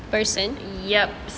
yup